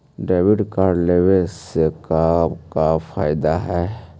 Debit card लेवे से का का फायदा है?